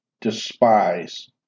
despise